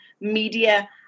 media